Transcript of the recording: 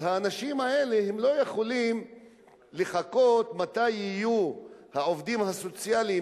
אז האנשים האלה לא יכולים לחכות לעובדים הסוציאליים,